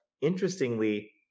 interestingly